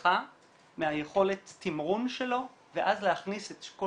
שנגדך מיכולת התמרון שלו ואז להכניס את כל